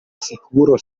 sicuro